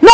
non